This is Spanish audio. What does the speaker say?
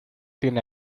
tiene